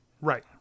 Right